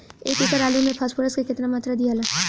एक एकड़ आलू मे फास्फोरस के केतना मात्रा दियाला?